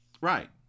Right